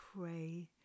pray